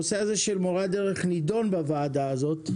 הנושא של מורי הדרך נידון בוועדה הזאת.